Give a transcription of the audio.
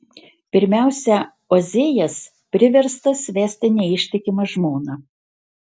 pirmiausia ozėjas priverstas vesti neištikimą žmoną